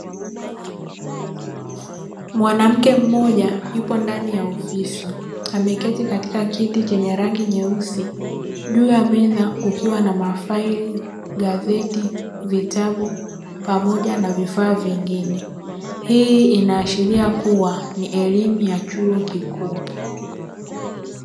Mwanamke mmoja yupo ndani ya ofisi ameketi katika kiti chenye rangi nyeusi juu ya meza kukiwa na mafaili, gazeti, vitabu pamoja na vifaa vingine, hii inaashiria kuwa ni elimu ya chuo kikuu.